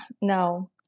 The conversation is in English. no